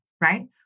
right